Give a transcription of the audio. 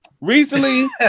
recently